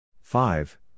five